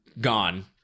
gone